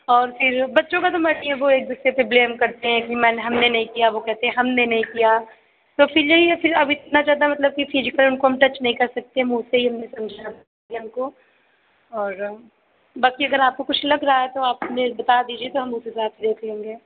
और फिर बच्चों का तो मन ही है वो एक दूसरे पे ब्लेम करते हैं कि मैम हमने नहीं किया वो कहते हैं हमने नहीं किया तो फिर यही है कि अब इतना ज्यादा मतलब कि फिजिकल उनको टच नहीं कर सकते मुंह से ही हमने समझा दिया उनको और बाकी अगर आपको कुछ लग रहा है तो आप हमें बता दीजिए हम उस हिसाब स देख लेंगे